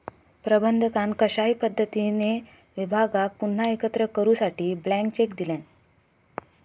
प्रबंधकान कशाही पद्धतीने विभागाक पुन्हा एकत्र करूसाठी ब्लँक चेक दिल्यान